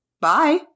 Bye